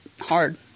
hard